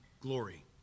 glory